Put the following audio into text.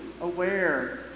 aware